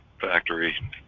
factory